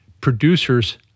producer's